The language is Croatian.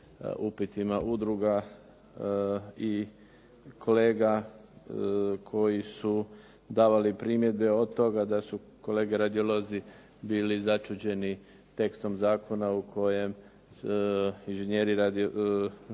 upitima udruga i kolega koji su davali primjedbe od toga da su kolege radiolozi bili začuđeni tekstom zakona u kojem inženjeri medicinske